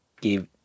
give